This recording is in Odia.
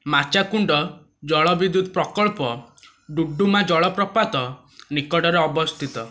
ମାଚାକୁଣ୍ଡ ଜଳବିଦ୍ୟୁତ ପ୍ରକଳ୍ପ ଡୁଡ଼ୁମା ଜଳପ୍ରପାତ ନିକଟରେ ଅବସ୍ଥିତ